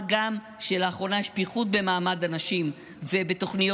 מה גם שלאחרונה יש פיחות במעמד הנשים ובתוכניות